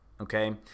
okay